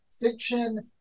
fiction